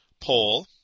poll